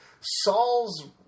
Saul's